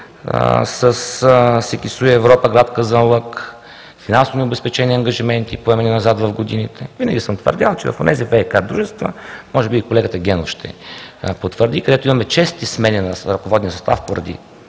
„СМ Секси Европа“, гр. Казанлък, финансово необезпечени ангажименти и поемане назад в годините. Винаги съм твърдял, че в онези ВиК дружества, може би и колегата Генов ще потвърди, където имаме чести смени на ръководния състав поради